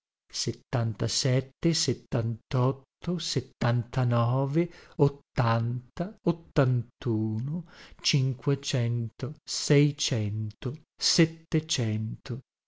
settantasette settantotto settantanove ottanta ottantuno cinquecento seicento settecento